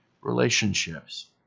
relationships